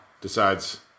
decides